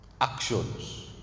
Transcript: Actions